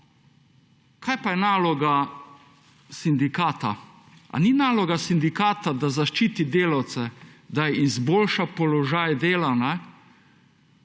Kaj pa je naloga sindikata, a ni naloga sindikata, da zaščiti delavce, da izboljša položaj dela,